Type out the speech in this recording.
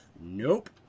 Nope